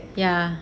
ya